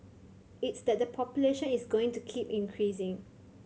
it's that the population is going to keep increasing